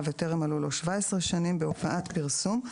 וטרם מלאו לו שבע עשרה שנים בהופעת פרסום,